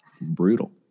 Brutal